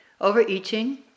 Overeating